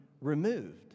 removed